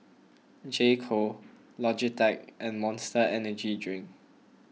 J Co Logitech and Monster Energy Drink